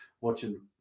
watching